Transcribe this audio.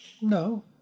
No